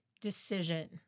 decision